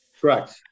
Correct